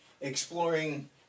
exploring